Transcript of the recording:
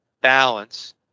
balance